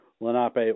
Lenape